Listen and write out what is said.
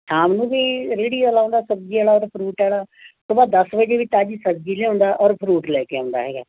ਸ਼ਾਮ ਨੂੰ ਵੀ ਰੇਹੜੀ ਵਾਲਾ ਆਉਂਦਾ ਸਬਜ਼ੀ ਵਾਲਾ ਅਤੇ ਫਰੂਟ ਵਾਲਾ ਸੁਬਹਾ ਦਸ ਵਜੇ ਵੀ ਤਾਜ਼ੀ ਸਬਜ਼ੀ ਲਿਆਉਂਦਾ ਔਰ ਫਰੂਟ ਲੈ ਕੇ ਆਉਂਦਾ ਹੈਗਾ